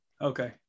Okay